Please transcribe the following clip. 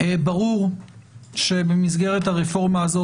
ברור שבמסגרת הרפורמה הזאת,